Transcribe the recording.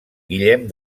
guillem